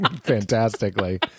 Fantastically